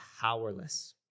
powerless